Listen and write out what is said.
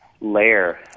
layer